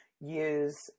use